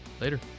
later